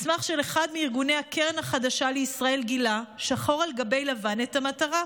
מסמך של אחד מארגוני הקרן החדשה לישראל גילה שחור על גבי לבן את המטרה.